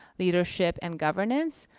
leadership and governance.